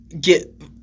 get